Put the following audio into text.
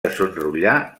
desenrotllar